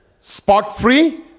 spot-free